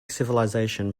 civilization